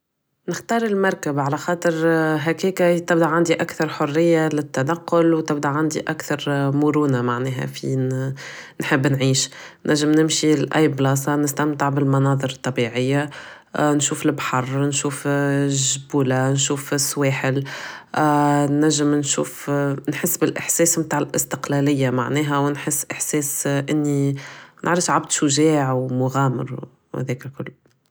نختار المركبة على خاطر هكاكا يطلع عندي الحرية للتنقل و تبدا عندي اكثر مرونة معناها في انو نحب نعيش نجم نمشي ل اي بلاصة نستمتع بالمناظر الطبيعية نشوف البحر نشوف الجبولة نشوف السواحل نجم نشوف نحس بالاحساس متاع الاستقلالية معناها و نحس احساس اني عبد شجاع و مغامر و هداكا كل